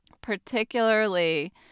particularly